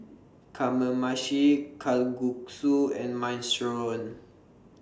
Kamameshi Kalguksu and Minestrone